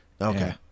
okay